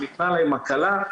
ניתנה להם הקלה.